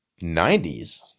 90s